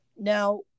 Now